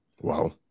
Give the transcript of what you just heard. Wow